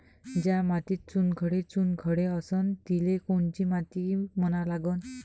ज्या मातीत चुनखडे चुनखडे असन तिले कोनची माती म्हना लागन?